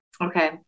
Okay